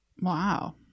wow